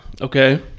Okay